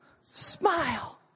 Smile